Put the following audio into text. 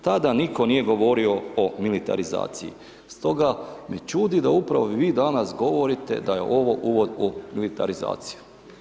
Tada nitko nije govorio o militarizaciji stoga me čudi da upravo vi danas govorite da je ovo uvod u militarizaciju.